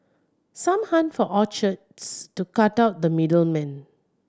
some hunt for orchards to cut out the middle man